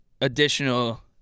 additional